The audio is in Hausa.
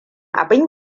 abin